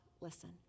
listen